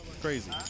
crazy